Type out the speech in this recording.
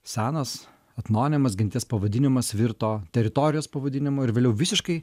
senas etnonimas genties pavadinimas virto teritorijos pavadinimu ir vėliau visiškai